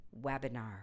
webinar